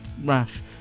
rash